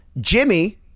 Jimmy